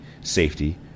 safety